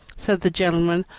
said the gentleman.